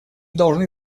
должны